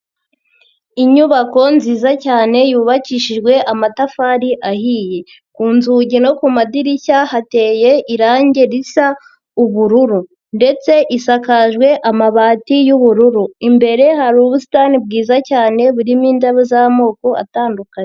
Inyubako nziza cyane yubakishijwe amatafari ahiye. Ku nzugi no ku madirishya hateye irange risa ubururu. Ndetse isakajwe amabati y'ubururu. Imbere hari ubusitani bwiza cyane, burimo indabo z'amoko atandukanye.